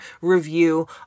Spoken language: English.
review